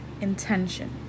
intention